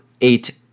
eight